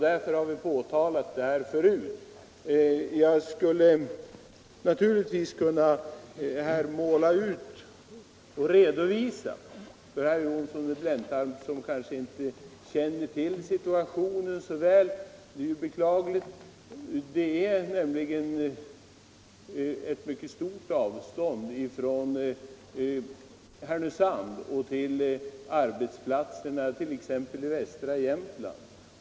Därför har vi påtalat detta redan förut. Jag kan för herr Johnsson i Blentarp som kanske inte känner till situationen så väl — det är ju beklagligt — helt kort redovisa hur det ligger till. Det är ett mycket stort avstånd från Härnösand till arbetsplatserna, t.ex. I västra Jämtland.